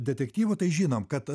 detektyvų tai žinom kad